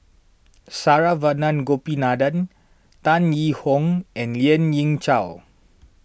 Saravanan Gopinathan Tan Yee Hong and Lien Ying Chow